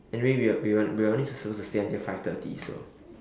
anyway we are we are we are only just suppose to stay until five thirty so